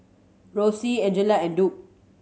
Roxie Angela and Duke